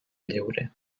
lliure